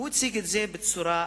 הוא הציג את זה בצורה הזאת,